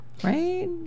Right